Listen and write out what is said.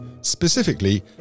specifically